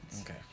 Okay